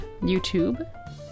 YouTube